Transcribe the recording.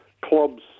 clubs